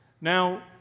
Now